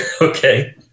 Okay